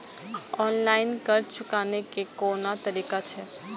Online कर्ज चुकाने के कोन तरीका छै?